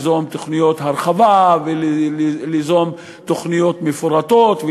תוכניות הרחבה ותוכניות מפורטות,